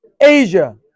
Asia